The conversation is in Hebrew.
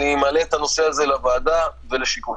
אני מעלה את הנושא הזה לוועדה לשיקולכם.